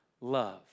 love